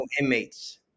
inmates